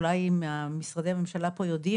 אולי ממשרדי הממשלה פה יודעים,